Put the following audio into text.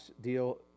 deal